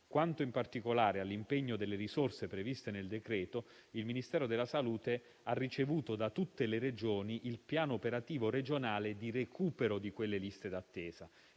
Quanto, in particolare, all'impegno delle risorse previste nel decreto-legge, il Ministero della salute ha ricevuto da tutte le Regioni il piano operativo regionale di recupero di quelle liste d'attesa.